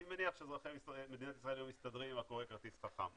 אני מניח שאזרחי מדינת ישראל היו מסתדרים עם הקורא כרטיס חכם.